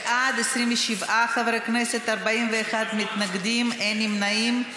בעד, 27 חברי כנסת, 41 מתנגדים, אין נמנעים.